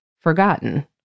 forgotten